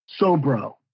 Sobro